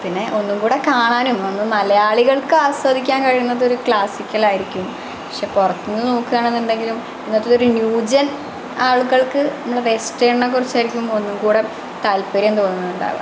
പിന്നെ ഒന്നും കൂടെ കാണാനും നമ്മള് മലയാളികൾക്ക് ആസ്വദിക്കാൻ കഴിയുന്നത് ഒരു ക്ലാസിക്കൽ ആയിരിക്കും പക്ഷേ പുറത്തുനിന്ന് നോക്കുകയാണെന്നുണ്ടെങ്കിലും ഇന്നത്തെ ഒരു ന്യൂ ജെൻ ആളുകൾക്ക് നമ്മളുടെ വെസ്റ്റേണിനെ കുറിച്ചായിരിക്കും ഒന്നും കൂടെ താൽപര്യം തോന്നുന്നുണ്ടാവുക